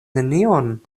nenion